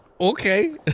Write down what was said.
Okay